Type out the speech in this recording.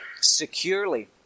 securely